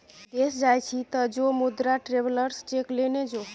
विदेश जाय छी तँ जो मुदा ट्रैवेलर्स चेक लेने जो